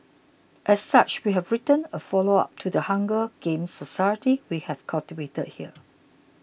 as such we've written a follow up to the Hunger Games society we have cultivated here